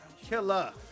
killer